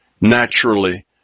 naturally